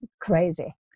crazy